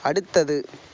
அடுத்தது